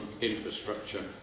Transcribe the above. infrastructure